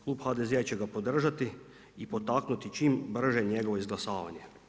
Klub HDZ-a će ga podržati i potaknuti čim brže njegovo izglasavanje.